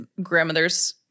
grandmother's